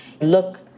look